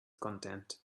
content